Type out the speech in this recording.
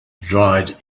dried